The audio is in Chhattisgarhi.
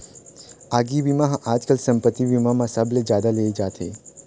आगी बीमा ह आजकाल संपत्ति बीमा म सबले जादा ले जाथे